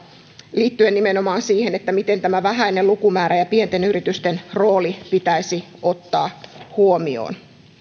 liittyen nimenomaan siihen miten tämä vähäinen lukumäärä ja pienten yritysten rooli pitäisi ottaa huomioon